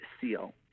Seal